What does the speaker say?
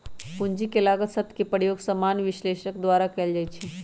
पूंजी के लागत शब्द के प्रयोग सामान्य विश्लेषक द्वारा कएल जाइ छइ